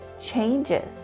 changes